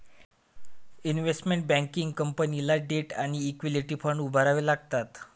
investment banking कंपनीला debt आणि equity fund उभारावे लागतात